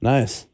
Nice